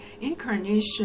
Incarnation